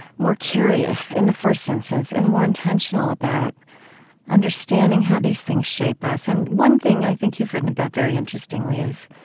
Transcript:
more curious in the first instance? and more intentional about understanding how these things shape us. and one thing i think you've written about very interestingly is,